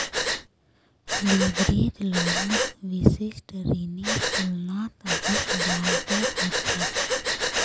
leverage लोनत विशिष्ट ऋनेर तुलनात अधिक ब्याज दर ह छेक